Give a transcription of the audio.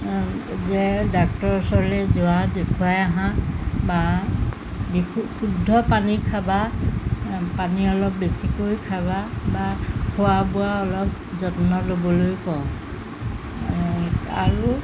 যে ডাক্তৰ ওচৰলৈ যোৱা দেখুৱাই আহা বা বিশু শুদ্ধ পানী খাবা পানী অলপ বেছিকৈ খাবা বা খোৱা বোৱা অলপ যত্ন ল'বলৈ কওঁ আৰু